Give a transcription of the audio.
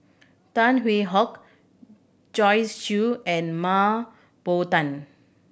Tan Hwee Hock Joyce Jue and Mah Bow Tan